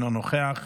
אינו נוכח,